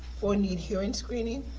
four need hearing screening,